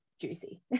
juicy